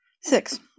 Six